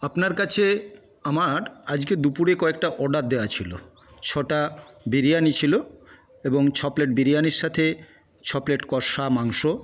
আপনার কাছে আমার আজকে দুপুরে কয়েকটা অর্ডার দেওয়া ছিল ছটা বিরিয়ানি ছিল এবং ছ প্লেট বিরিয়ানির সাথে ছ প্লেট কষা মাংস